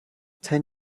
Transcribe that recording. ten